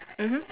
mmhmm